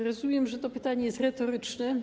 Rozumiem, że to pytanie jest retoryczne.